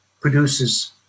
produces